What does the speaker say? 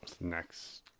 next